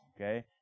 okay